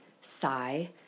sigh